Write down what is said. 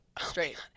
straight